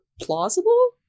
plausible